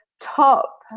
top